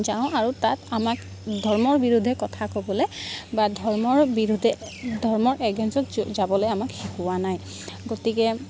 যাওঁ আৰু তাত আমাক ধৰ্মৰ বিৰোধে কথা ক'বলৈ বা ধৰ্মৰ বিৰোধে ধৰ্মৰ এগেইনষ্টত য যাবলৈ আমাক শিকোৱা নাই গতিকে